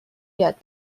یاد